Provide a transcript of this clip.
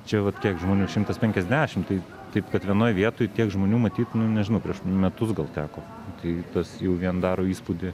čia vat kiek žmonių šimtas penkiasdešimt tai taip kad vienoj vietoj tiek žmonių matyt nu nežinau prieš metus gal teko tai tas jau vien daro įspūdį